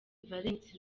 valens